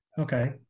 okay